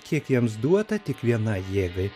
kiek jiems duota tik vienai jėgai